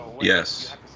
Yes